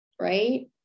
right